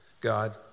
God